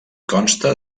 consta